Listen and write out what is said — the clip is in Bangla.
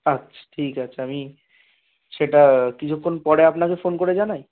আচ্ছা ঠিক আছে আমি সেটা কিছুক্ষণ পরে আপনাকে ফোন করে জানাই